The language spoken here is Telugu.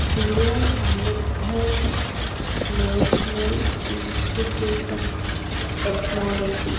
BR Ambedkar national institute of technology